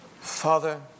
Father